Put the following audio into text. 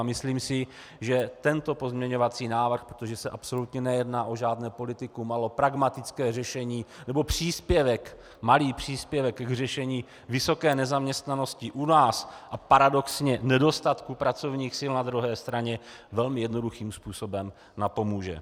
Myslím si, že tento pozměňovací návrh, protože se absolutně nejedná o žádné politikum, ale o pragmatické řešení nebo o příspěvek, malý příspěvek k řešení vysoké nezaměstnanosti u nás a paradoxně nedostatku pracovních sil na druhé straně, velmi jednoduchým způsobem napomůže.